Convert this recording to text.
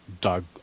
Doug